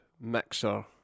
mixer